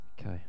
Okay